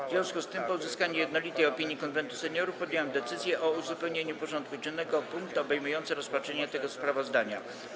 W związku z tym, po uzyskaniu jednolitej opinii Konwentu Seniorów, podjąłem decyzję o uzupełnieniu porządku dziennego o punkt obejmujący rozpatrzenie tego sprawozdania.